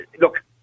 Look